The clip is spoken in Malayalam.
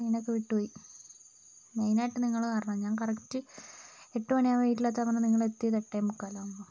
ട്രെയിൻ ഒക്കെ വിട്ടുപോയി മെയിൻ ആയിട്ട് നിങ്ങൾ കാരണമാണ് ഞാൻ കറക്റ്റ് എട്ട് മണിയാകുമ്പോൾ വീട്ടിൽ എത്താൻ പറഞ്ഞാൽ നിങ്ങൾ എത്തിയത് എട്ടേ മുക്കാലാകുമ്പോൾ